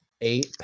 eight